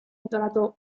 intitolato